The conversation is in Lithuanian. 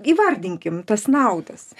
įvardinkim tas naudas